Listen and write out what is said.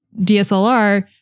DSLR